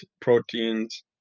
proteins